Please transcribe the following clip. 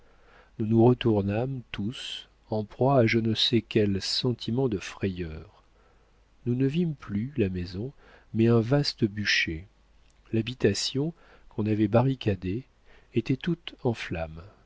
nous nous retournâmes tous en proie à je ne sais quel sentiment de frayeur nous ne vîmes plus la maison mais un vaste bûcher l'habitation qu'on avait barricadée était toute en flammes